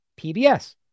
PBS